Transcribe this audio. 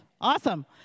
Awesome